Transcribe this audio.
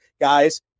guys